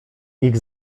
ich